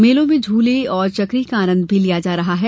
मेले में झूले और चकरी का भी आनंद लिया जा रहा है